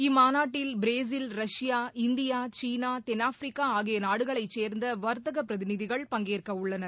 இம்மாநாட்டில் Brazil Russia India சீனா தென்னாப்பிரிக்கா ஆகிய நாடுகளைச் சேர்ந்த வர்த்தகப் பிரதிநிதிகள் பங்கேற்க உள்ளனர்